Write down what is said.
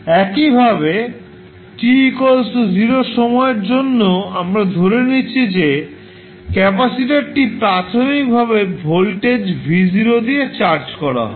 একইভাবে t 0 সময়ের জন্য আমরা ধরে নিচ্ছি যে ক্যাপাসিটরটি প্রাথমিকভাবে ভোল্টেজ V0 দিয়ে চার্জ করা হয়